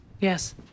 yes